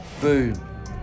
boom